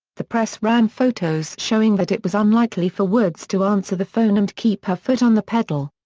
the press ran photos showing that it was unlikely for woods to answer the phone and keep her foot on the pedal.